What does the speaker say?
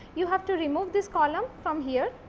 you have to remove this column from here.